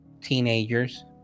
teenagers